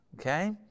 okay